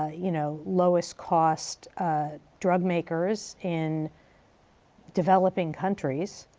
you know, lowest cost drug makers in developing countries.